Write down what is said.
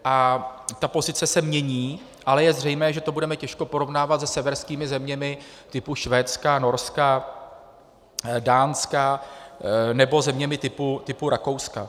Ta pozice se mění, ale je zřejmé, že to budeme těžko porovnávat se severskými zeměmi typu Švédska, Norska, Dánska nebo zeměmi typu Rakouska.